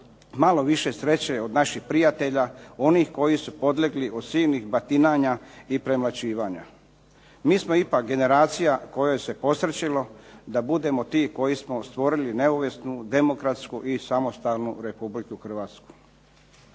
malo više sreće od naših prijatelja, onih koji su podlegli od silnih batinanja i premlaćivanja. Mi smo ipak generacija kojoj se posrećilo da budemo ti koji smo stvorili neovisnu, demokratsku i samostalnu Republiku Hrvatsku.